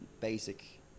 Basic